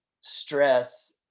stress